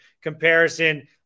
comparison